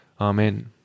Amen